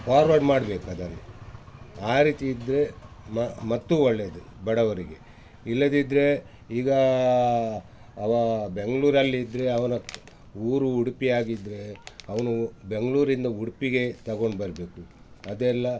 forward ಮಾಡ್ಬೇಕು ಅದನ್ನು ಆ ರೀತಿ ಇದ್ದರೆ ಮ ಮತ್ತೂ ಒಳ್ಳೆಯದು ಬಡವರಿಗೆ ಇಲ್ಲದಿದ್ದರೆ ಈಗ ಅವ ಬೆಂಗಳೂರಲ್ಲಿದ್ರೆ ಅವನ ಊರು ಉಡುಪಿಯಾಗಿದ್ದರೆ ಅವನು ಬೆಂಗಳೂರಿಂದ ಉಡುಪಿಗೆ ತಗೊಂಡು ಬರಬೇಕು ಅದೆಲ್ಲ